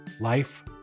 Life